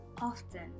often